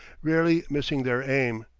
rarely missing their aim,